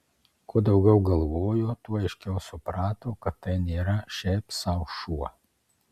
kuo daugiau galvojo tuo aiškiau suprato kad tai nėra šiaip sau šuo